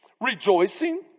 rejoicing